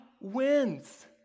wins